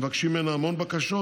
מבקשים ממנה המון בקשות,